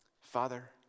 Father